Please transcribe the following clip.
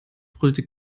brüllte